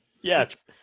Yes